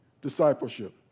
discipleship